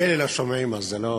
ממילא לא שומעים אז זה לא